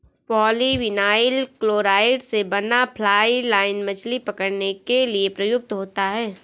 polyvinyl chloride से बना fly line मछली पकड़ने के लिए प्रयुक्त होता है